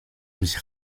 mich